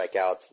strikeouts